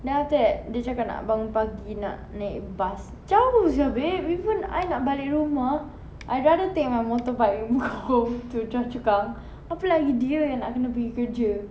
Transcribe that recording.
then after that dia cakap nak bangun pagi nak naik bus jauh sia babe even I nak balik rumah I'd rather take my motorbike go home to choa chu kang apa lagi dia yang nak kena pergi kerja